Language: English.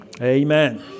Amen